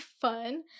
fun